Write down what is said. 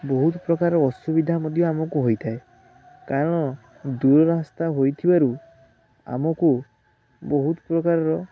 ବହୁତ ପ୍ରକାର ଅସୁବିଧା ମଧ୍ୟ ଆମକୁ ହୋଇଥାଏ କାରଣ ଦୂର ରାସ୍ତା ହୋଇଥିବାରୁ ଆମକୁ ବହୁତ ପ୍ରକାରର